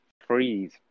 freeze